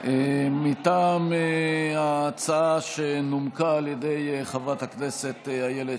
מטעם ההצעה שנומקה על ידי חברת הכנסת איילת